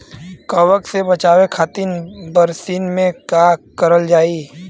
कवक से बचावे खातिन बरसीन मे का करल जाई?